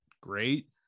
great